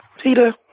Peter